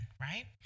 right